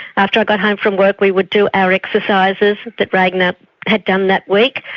after i got home from work we would do our exercises that ragnar had done that week,